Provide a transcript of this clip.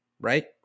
Right